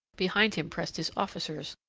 behind him pressed his officers,